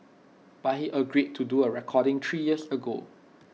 but he agreed to do A recording three years ago